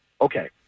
Okay